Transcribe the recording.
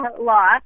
law